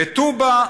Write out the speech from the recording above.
בטובא,